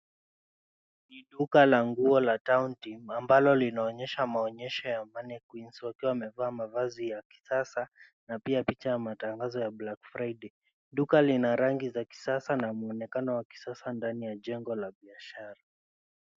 Ni duka la nguo la Town Team ambalo linaonyesha maonyesho ya mannequins wakiwa wamevaa mavazi ya kisasa na pia picha ya matangazo ya Black Friday . Duka lina rangi za kisasa na muonekano wa kisasa ndani ya jengo la biashara.